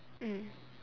mm